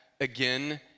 again